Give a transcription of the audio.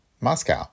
Moscow